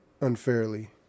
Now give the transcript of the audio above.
unfairly